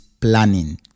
Planning